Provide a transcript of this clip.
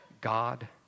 God